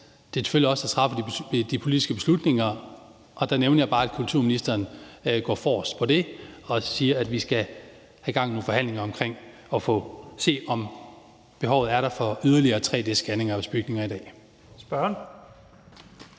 det er selvfølgelig os, der træffer de politiske beslutninger, og der nævnte jeg bare, at kulturministeren går forrest med det og siger, at vi skal have gang i en forhandling om at se på, om behovet er der for yderligere tre-d-scanninger af vores bygninger i dag. Kl.